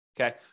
okay